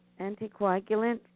anticoagulant